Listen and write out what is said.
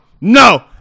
no